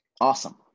Awesome